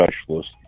specialist